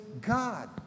God